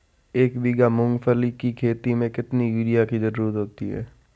एक बीघा मूंगफली की खेती में कितनी यूरिया की ज़रुरत होती है?